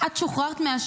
את שוחררת מהשבי,